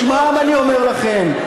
בשמם אני אומר לכם,